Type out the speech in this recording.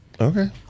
Okay